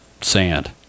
sand